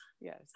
Yes